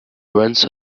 runs